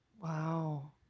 Wow